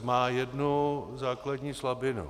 Má jednu základní slabinu.